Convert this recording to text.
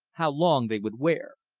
how long they would wear.